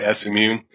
SMU